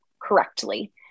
correctly